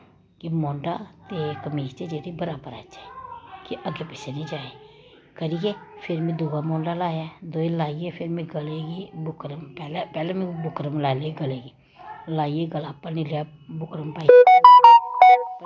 के म्हूंडा ते कमीच जेह्ड़ा बराबर आई जाए के अग्गे पिच्छे निं जाए करियै फिर में दुआ म्हूंडा लाया ऐ दुए लाईयै फिर में गले गी बुकरम पैह्लैं में बुकरम लाई लेई गले गी लाईयै गला भन्नी लेआ बुकरम पाईयै